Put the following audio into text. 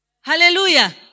Hallelujah